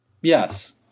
Yes